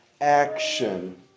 action